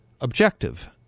objective